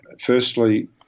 Firstly